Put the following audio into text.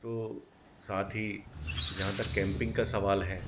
तो साथ ही जहाँ तक कैम्पिन्ग का सवाल है